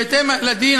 בהתאם לדין,